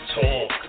Talk